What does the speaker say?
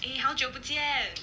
eh 好久不见